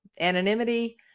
anonymity